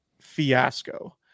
fiasco